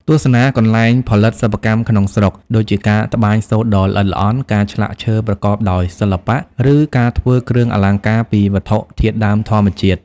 ទស្សនាកន្លែងផលិតសិប្បកម្មក្នុងស្រុក ដូចជាការត្បាញសូត្រដ៏ល្អិតល្អន់ ការឆ្លាក់ឈើប្រកបដោយសិល្បៈ ឬការធ្វើគ្រឿងអលង្ការពីវត្ថុធាតុដើមធម្មជាតិ។